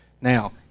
Now